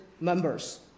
members